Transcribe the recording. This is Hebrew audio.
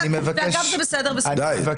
ואגב, זה בסדר, זאת זכותך.